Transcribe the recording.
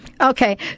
okay